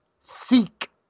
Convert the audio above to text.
seek